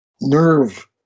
nerve